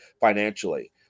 financially